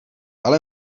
ale